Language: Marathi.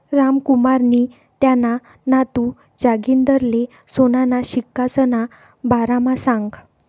रामकुमारनी त्याना नातू जागिंदरले सोनाना सिक्कासना बारामा सांगं